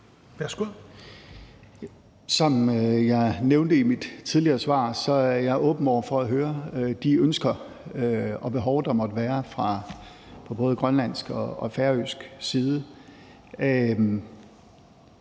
Som jeg nævnte i mit tidligere svar, er jeg åben over for at høre de ønsker og behov, der måtte være, fra både grønlandsk og færøsk side.